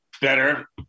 better